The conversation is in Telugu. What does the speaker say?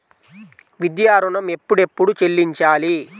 విద్యా ఋణం ఎప్పుడెప్పుడు చెల్లించాలి?